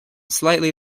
slightly